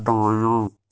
دایاں